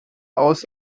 aus